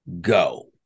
go